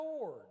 Lord